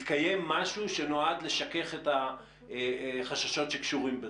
התקיים משהו שנועד לשכך את החששות שקשורים בזה?